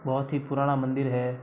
बहुत ही पुराना मंदिर है